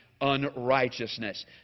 unrighteousness